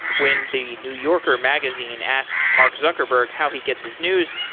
when the new yorker magazine asked mark zuckerberg how he gets his news.